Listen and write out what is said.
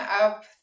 up